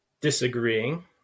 disagreeing